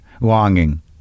Longing